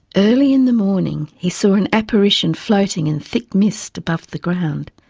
early in the morning he saw an apparition floating in thick mist above the ground.